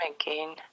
again